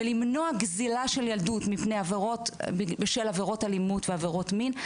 ולמנוע גזל של ילדות בשל עבירות אלימות ואלימות מין,